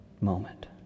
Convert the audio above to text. moment